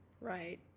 right